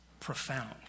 Profound